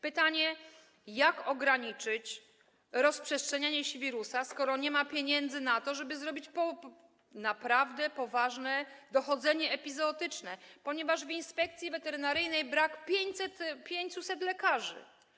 Pytanie: Jak ograniczyć rozprzestrzenianie się wirusa, skoro nie ma pieniędzy na to, żeby przeprowadzić naprawdę poważne dochodzenie epizootyczne, ponieważ w Inspekcji Weterynaryjnej brak 500 lekarzy?